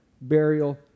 burial